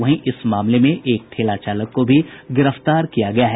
वहीं इस मामले में एक ठेला चालक को भी गिरफ्तार किया गया है